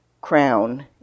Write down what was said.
crown